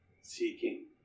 seeking